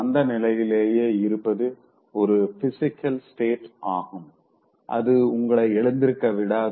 மந்தநிலையிலேயே இருப்பது ஒரு physical state ஆகும் அது உங்கள எழுந்திருக்க விடாது